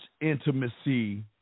intimacy